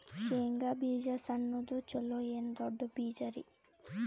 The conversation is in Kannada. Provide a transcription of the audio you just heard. ಶೇಂಗಾ ಬೀಜ ಸಣ್ಣದು ಚಲೋ ಏನ್ ದೊಡ್ಡ ಬೀಜರಿ?